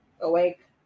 awake